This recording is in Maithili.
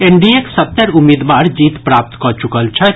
एनडीएक सत्तरि उम्मीदवार जीत प्राप्त कऽ चुकल छथि